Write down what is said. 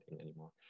anymore